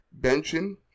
benching